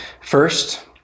First